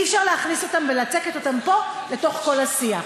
אי-אפשר להכניס אותם ולצקת אותם פה לתוך כל השיח.